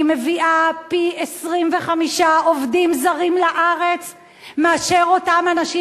מביאה פי-25 עובדים זרים לארץ מאשר אותם אנשים